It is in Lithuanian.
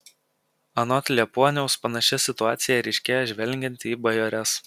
anot liepuoniaus panaši situacija ryškėja žvelgiant į bajores